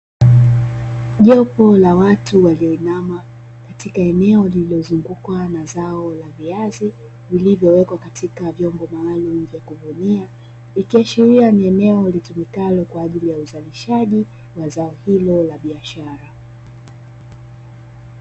Jopo la watu walioinama katika eneo lililozungukwa na zao la viazi, vilivyowekwa katika vyombo maalumu vya kubonyea, ikiashiria kuwa ni eneo litumikalo kwaajili ya uzalishaji wa zao hilo la biashara.